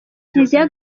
kiliziya